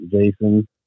Jason